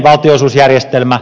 edelleen